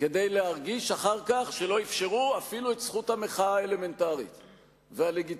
כדי להרגיש אחר כך שלא אפשרו אפילו את זכות המחאה האלמנטרית והלגיטימית.